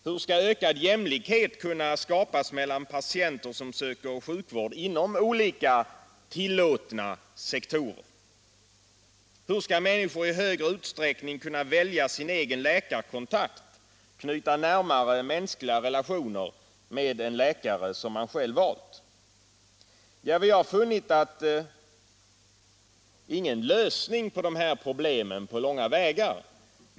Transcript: Hur skall ökad jämlikhet kunna skapas mellan patienter som söker sjukvård inom olika tillåtna sektorer? Hur skall människor i större utsträckning kunna välja sin egen läkarkontakt och knyta närmare mänskliga relationer med läkare som de själva har valt? Vi har inte på långa vägar funnit någon lösning på dessa problem.